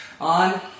on